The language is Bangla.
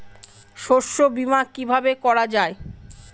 শস্য বীমা কিভাবে করা যায়?